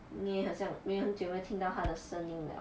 没有很像没有很久没有听到她的声音了